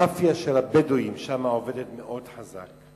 המאפיה של הבדואים שם עובדת מאוד חזק.